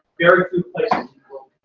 very few places will